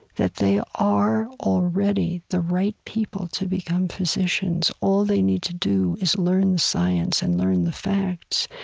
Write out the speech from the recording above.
that they are already the right people to become physicians. all they need to do is learn the science and learn the facts,